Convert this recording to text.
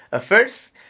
First